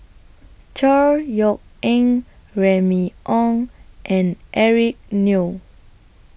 Chor Yeok Eng Remy Ong and Eric Neo